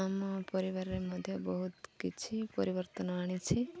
ଆମ ପରିବାରରେ ମଧ୍ୟ ବହୁତ କିଛି ପରିବର୍ତ୍ତନ ଆଣିଛି